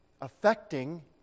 affecting